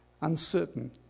uncertain